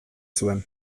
zuen